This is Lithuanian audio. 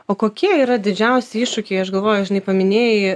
o kokie yra didžiausi iššūkiai aš galvoju žinai paminėjai